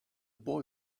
boy